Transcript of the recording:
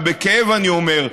ובכאב אני אומר,